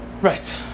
right